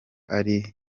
ari